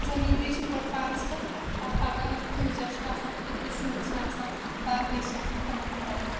ضروٗری چھُ گۄڈٕ پانَس خٲطرٕ پتہٕ پگہہ یُس فیوٗچر چھ آسان تٔمۍ سٕنٛز شُرۍ چھِ آسان باقٕے چھِ آسن تِمن خٲطرٕ